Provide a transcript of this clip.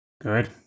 Good